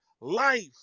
life